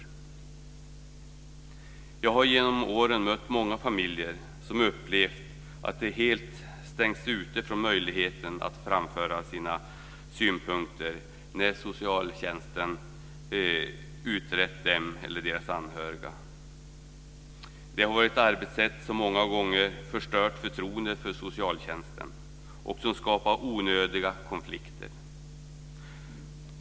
Jag har genom åren mött många familjer som upplevt att de helt stängts ute från möjligheten att framföra sina synpunkter när socialtjänsten utrett dem eller deras anhöriga. Det är ett arbetssätt som många gånger förstört förtroendet för socialtjänsten och skapat onödiga konflikter.